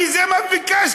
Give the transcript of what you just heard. זה מה שביקשתי.